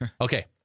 Okay